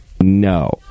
No